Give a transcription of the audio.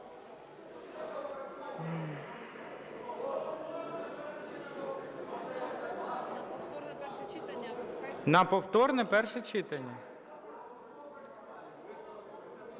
на повторне перше читання.